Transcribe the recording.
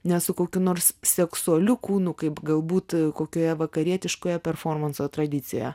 ne su kokiu nors seksualiu kūnu kaip galbūt kokioje vakarietiškoje performanso tradicija